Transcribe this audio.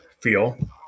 feel